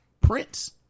Prince